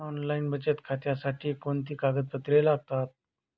Online बचत खात्यासाठी कोणती कागदपत्रे लागतात?